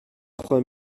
trois